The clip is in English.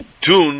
tune